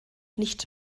nicht